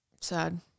Sad